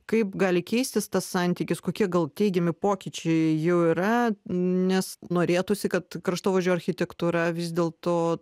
kaip gali keistis tas santykis kokie gal teigiami pokyčiai jau yra nes norėtųsi kad kraštovaizdžio architektūra vis dėlto